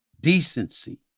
decency